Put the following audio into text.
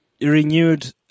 renewed